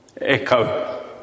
echo